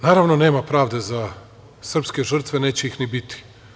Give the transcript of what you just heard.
Naravno, nema pravde za srpske žrtve, neće ih ni biti.